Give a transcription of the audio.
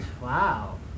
Wow